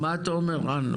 מה אתה אומר, רן?